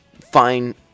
fine